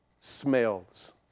smells